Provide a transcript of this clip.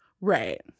right